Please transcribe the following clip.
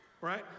right